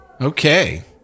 Okay